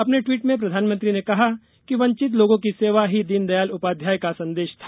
अपने टवीट में प्रधानमंत्री ने कहा कि वंचित लोगों की सेवा ही दीनदयाल उपाध्याय का संदेश था